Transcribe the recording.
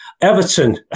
Everton